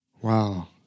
Wow